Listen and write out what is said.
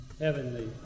Heavenly